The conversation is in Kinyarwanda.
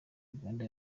uganda